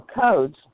codes